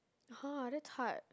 !huh! that's hard